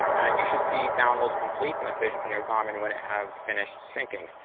and you should see download complete message on your garmin when it has finished syncing.